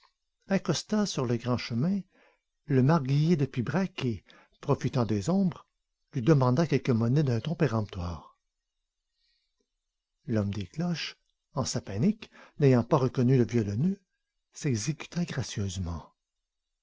accosta sur le grand chemin le marguillier de pibrac et profitant des ombres lui demanda quelque monnaie d'un ton péremptoire l'homme des cloches en sa panique n'ayant pas reconnu le violoneux s'exécuta gracieusement